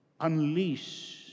unleash